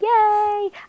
yay